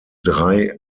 drei